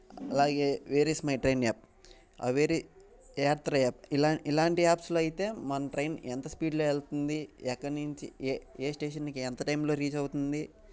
అలాగే where is my train app Yatra app ఇలాంటి యాప్స్లో అయితే మన ట్రైన్ ఎంత స్పీడ్లో వెళ్తుంది ఎక్కడి నుంచి ఏ ఏ స్టేషన్కి ఎంత టైంలో రీచ్ అవుతుంది